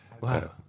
Wow